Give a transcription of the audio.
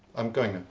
i'm going